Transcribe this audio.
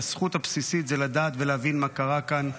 הזכות הבסיסית היא לדעת ולהבין מה קרה כאן.